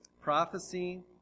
prophecy